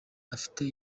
afite